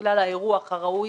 בגלל האירוח הראוי